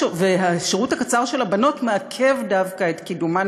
והשירות הקצר של הבנות מעכב דווקא את קידומן